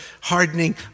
hardening